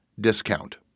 discount